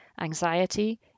anxiety